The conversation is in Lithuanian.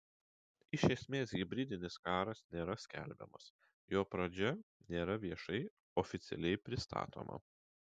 iš esmės hibridinis karas nėra skelbiamas jo pradžia nėra viešai oficialiai pristatoma